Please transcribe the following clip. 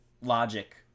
Logic